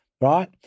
right